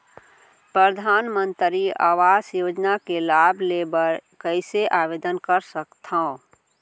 परधानमंतरी आवास योजना के लाभ ले बर कइसे आवेदन कर सकथव?